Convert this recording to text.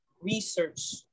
research